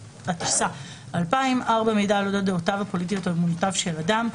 התשס"א 2000‏; (4)מידע על אודות דעותיו הפוליטיות או אמונותיו של אדם,